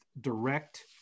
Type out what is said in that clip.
direct